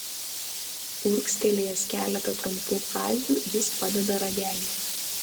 urgztelėjęs keletą trumpų frazių jis padeda ragelį